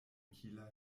kieler